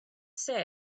say